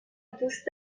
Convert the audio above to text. دوست